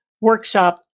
workshop